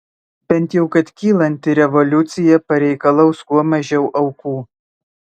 bent jau kad kylanti revoliucija pareikalaus kuo mažiau aukų